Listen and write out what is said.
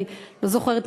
אני לא זוכרת,